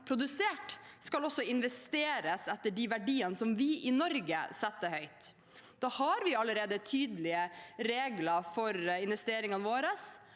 produsert, også skal investeres etter de verdiene vi i Norge setter høyt. Da har vi allerede tydelige regler for investeringene våre,